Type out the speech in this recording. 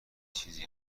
چیزی